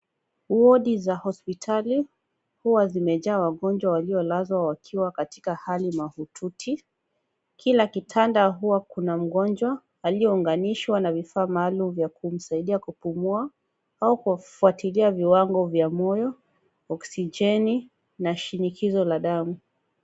Wadi zaa hospitali huwa zimejaa wagonjwa waliolazwa wakiwa katika hali mahututi. Kila kitanda huwa kuna mgonjwa aliyeunganishwa na vifaa maaluim vya kumsaidia kupumua au kufuatiliwa viwango vya moyo, oxigeni na shinikizo la damu.